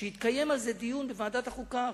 שיתקיים על זה דיון בוועדת החוקה.